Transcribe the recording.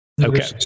Okay